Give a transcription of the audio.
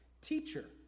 Teacher